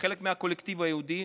כחלק מהקולקטיב היהודי,